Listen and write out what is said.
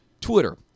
Twitter